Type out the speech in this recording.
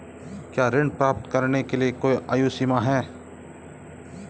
क्या ऋण प्राप्त करने के लिए कोई आयु सीमा है?